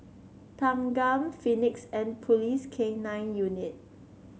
Thanggam Phoenix and Police K Nine Unit